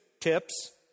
tips